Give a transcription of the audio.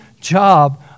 job